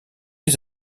les